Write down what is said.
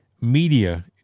media